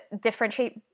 differentiate